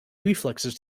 reflexes